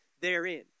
therein